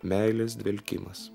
meilės dvelkimas